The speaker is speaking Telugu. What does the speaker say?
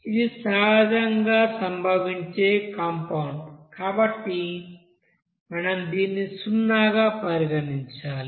ఇది సహజంగా సంభవించే కాంపౌండ్ కాబట్టి మీరు దీన్ని సున్నాగా పరిగణించాలి